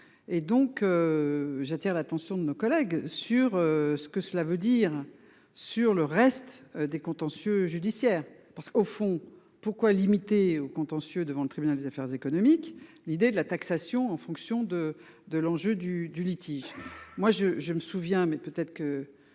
Et donc. J'attire l'attention de nos collègues sur ce que cela veut dire. Sur le reste des contentieux judiciaires, parce qu'au fond pourquoi limiter au contentieux devant le tribunal des affaires économiques, l'idée de la taxation en fonction de, de l'enjeu du du litige